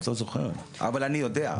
את לא זוכרת אבל אני יודע.